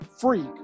freak